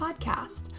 podcast